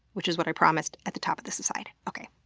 which is what i promised at the top of this aside. okay.